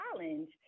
challenge